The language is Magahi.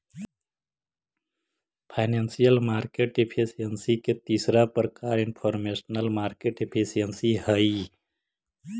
फाइनेंशियल मार्केट एफिशिएंसी के तीसरा प्रकार इनफॉरमेशनल मार्केट एफिशिएंसी हइ